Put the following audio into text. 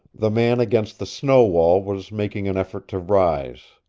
the man against the snow-wall was making an effort to rise.